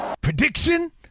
prediction